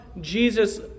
Jesus